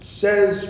says